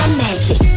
magic